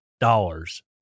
Dollars